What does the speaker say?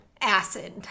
Acid